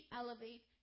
elevate